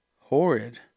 horrid